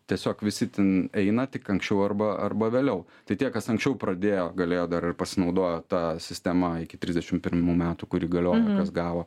tiesiog visi ten eina tik anksčiau arba arba vėliau tai tie kas anksčiau pradėjo galėjo dar ir pasinaudojo ta sistema iki trisdešim pirmų metų kuri galiojo kas gavo